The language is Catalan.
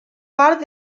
part